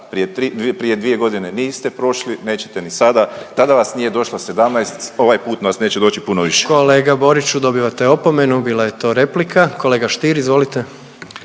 prije dvije godine niste prošli nećete ni sada tada vas nije došla 17 ovaj put nas neće doći puno više. **Jandroković, Gordan (HDZ)** Kolega Boriću dobivate opomenu bila je to replika. Kolega Stier izvolite.